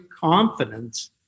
confidence